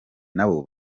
nabo